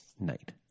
night